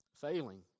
failing